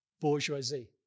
bourgeoisie